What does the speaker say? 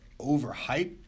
overhyped